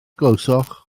glywsoch